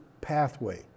pathway